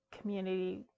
community